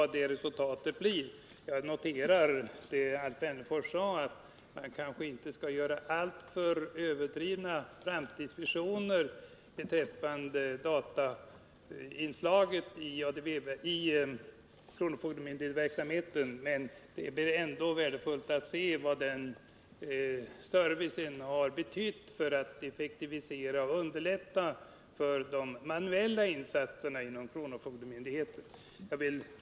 Men jag noterar det Alf Wennerfors sade, att man kanske inte skall göra alltför överdrivna framtidsvisioner beträffande datainslaget i kronofogdemyndigheternas verksamhet, men det blir ändå värdefullt att se vad den servicen har 25 betytt när det gäller att effektivisera och underlätta de manuella insatserna inom verksamheten.